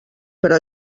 però